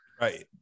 Right